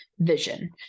vision